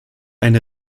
eine